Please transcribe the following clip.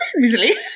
easily